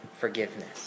forgiveness